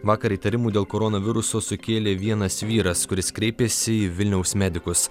vakar įtarimų dėl koronaviruso sukėlė vienas vyras kuris kreipėsi į vilniaus medikus